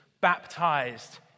baptized